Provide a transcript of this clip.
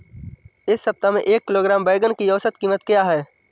इस सप्ताह में एक किलोग्राम बैंगन की औसत क़ीमत क्या है?